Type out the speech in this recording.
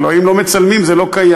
הלוא אם לא מצלמים זה לא קיים.